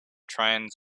trains